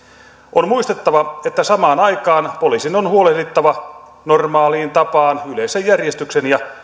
on muistettava että samaan aikaan poliisin on huolehdittava normaaliin tapaan yleisen järjestyksen ja